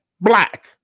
black